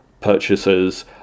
purchases